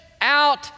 out